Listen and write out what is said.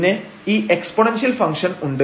പിന്നെ ഈ exponential function ഉണ്ട്